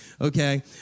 okay